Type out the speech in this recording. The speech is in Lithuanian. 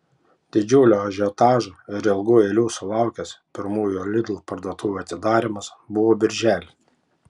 didžiulio ažiotažo ir ilgų eilių sulaukęs pirmųjų lidl parduotuvių atidarymas buvo birželį